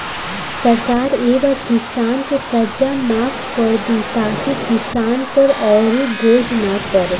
सरकार ए बार किसान के कर्जा माफ कर दि ताकि किसान पर अउर बोझ ना पड़े